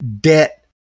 debt